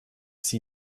see